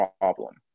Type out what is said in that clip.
problem